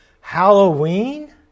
Halloween